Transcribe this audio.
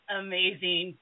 amazing